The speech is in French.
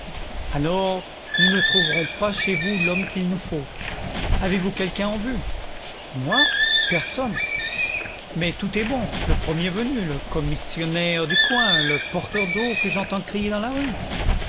alors nous ne trouverons pas chez vous l'homme qu'il nous faut avez-vous quelqu'un en vue moi personne mais tout est bon le premier venu le commissionnaire du coin le porteur d'eau que j'entends crier dans la rue